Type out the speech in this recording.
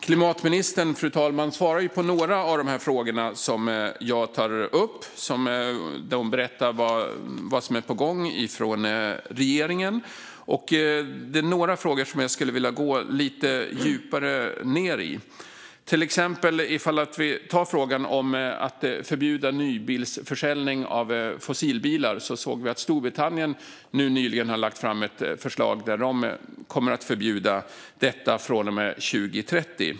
Klimatministern, fru talman, svarar på några av de frågor jag tar upp och berättar vad som är på gång från regeringen. Det är några frågor som jag skulle vilja gå lite djupare ned i, till exempel frågan om att förbjuda nybilsförsäljning av fossilbilar. Vi såg att Storbritanniens nyligen lade fram ett förslag om att förbjuda denna försäljning från och med 2030.